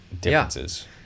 differences